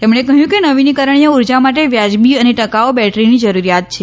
તેમણે કહ્યું કે નવીનીકરણીય ઉર્જા માટે વ્યાજબી અને ટકાઉ બેટરીની જરૂરિયાત છે